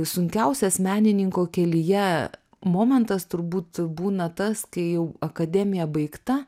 sunkiausias menininko kelyje momentas turbūt būna tas kai jau akademija baigta